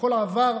הכול עבר,